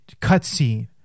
cutscene